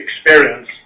experience